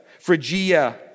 Phrygia